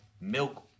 milk